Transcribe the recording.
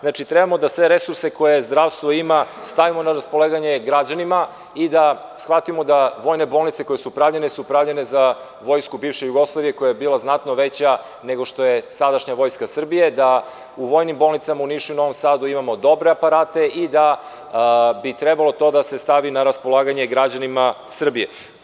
Znači, treba da sve resurse koje zdravstvo ima stavimo na raspolaganje građanima i da shvatimo da su vojne bolnice pravljene za vojsku bivše Jugoslavije koja je bila znatno veća, nego što je sadašnja Vojska Srbije, a u vojnim bolnicama u Nišu i Novom Sadu imamo dobre aparate i trebalo bi to da se stavi na raspolaganje građanima Srbije.